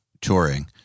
touring